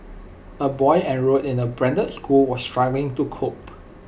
A boy enrolled in A branded school was struggling to cope